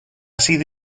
sido